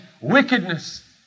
wickedness